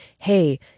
Hey